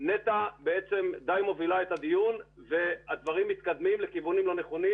נת"ע די מובילה את הדיון והדברים מתקדמים לכיוונים לא נכונים.